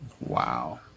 Wow